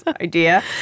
idea